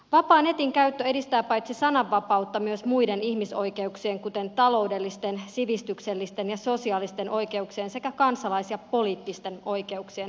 vapaa netin käyttö edistää paitsi sananvapautta myös muiden ihmisoikeuksien kuten ta loudellisten sivistyksellisten ja sosiaalisten oikeuksien sekä kansalais ja poliittisten oikeuk sien toteutumista